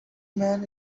men